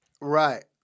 Right